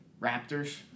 Raptors